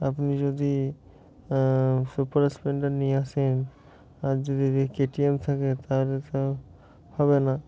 আপনি যদি super Splendor নিয়ে আসেন আর যদি যদি কে টি এম থাকে তাহলে তো হবে না